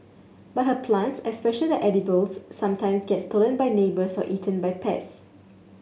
but her plants especially the edibles sometimes get stolen by neighbours or eaten by pest